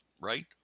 right